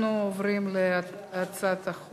שמונה בעד,